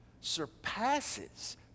surpasses